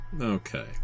Okay